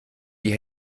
die